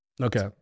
Okay